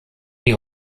die